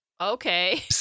Okay